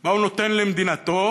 מה הוא נותן למדינתו,